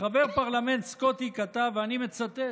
חבר פרלמנט סקוטי כתב, ואני מצטט: